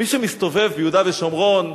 מי שמסתובב ביהודה ושומרון,